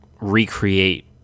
recreate